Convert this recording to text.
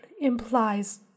implies